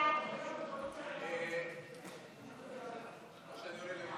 שאני עולה למעלה?